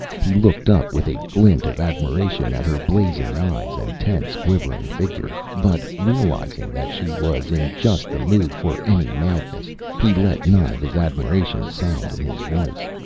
he looked up with a glint of admiration at her blazing eyes and tense, quivering figure, but, realizing that she was in just the mood for any madness, he let none of his admiration sound in his voice.